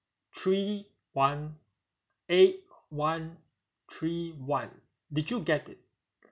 three one eight one three one did you get it